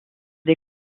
des